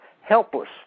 helpless